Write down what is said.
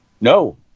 No